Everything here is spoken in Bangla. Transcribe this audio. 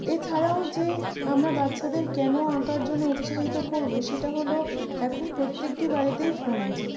এছাড়াও যে আমরা বাচ্চাদের কেন আঁকার জন্য উৎসাহিত করবো সেটা হলো এখন প্রত্যেকটি বাড়িতেই ফোন আছে